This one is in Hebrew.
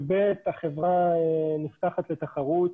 ו-ב', החברה נפתחת לתחרות,